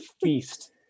feast